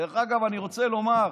דרך אגב, אני רוצה לומר,